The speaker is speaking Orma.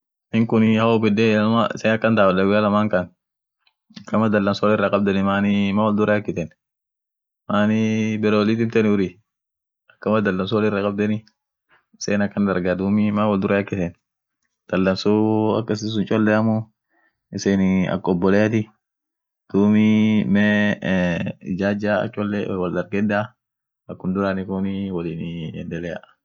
Clompianii ada ishian biria ishinii inama bere sun jirr sadii kabila sadiit wotdarame aftican kessjirt spanish amine tadibine chechereko hagarinen kajirtie dumii won dibii taa ishian woni regions teacher kabdie karebiani percefic orinokoa amazoni andani insulo region yeden yote ishianii wom ishia kabd ishine wom akii muzikiati iyo ada ishia kabdie